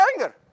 anger